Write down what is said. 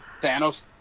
Thanos